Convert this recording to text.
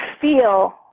feel